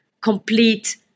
complete